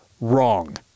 wrong